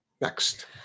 Next